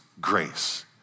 grace